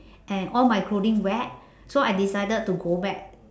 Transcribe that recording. and all my clothing wet so I decided to go back